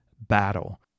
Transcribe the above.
battle